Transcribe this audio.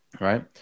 right